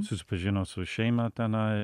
susipažinau su šeima tenai